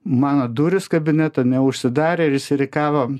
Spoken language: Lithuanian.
mano durys kabineto neužsidarė ir išsirikiavo